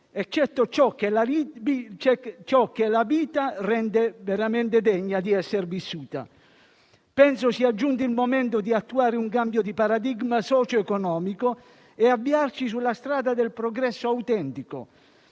eccetto ciò che rende la vita veramente degna di essere vissuta». Penso sia giunto il momento di attuare un cambio di paradigma socio-economico e avviarci sulla strada del progresso autentico,